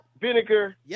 vinegar